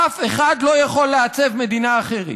אף אחד לא יכול לעצב מדינה אחרת.